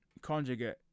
conjugate